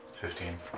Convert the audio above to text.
Fifteen